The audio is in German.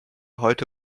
heute